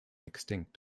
extinct